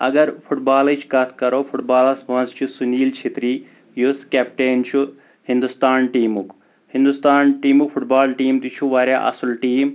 اَگر فٹ بالٕچ کَتھ کَرو فٹ بالَس منٛز چھُ سنیل شتری یُس کیپٹین چھُ ہنٛدوستان ٹیٖمُک ہنٛدوستان ٹیٖمُک فٹ بال ٹیٖم تہِ چھُ واریاہ اَصٕل ٹیٖم